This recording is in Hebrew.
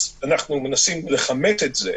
אנחנו מנסים לכמת את זה,